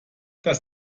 das